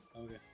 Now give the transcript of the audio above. okay